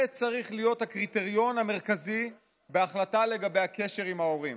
זה צריך להיות הקריטריון המרכזי בהחלטה לגבי הקשר עם ההורים.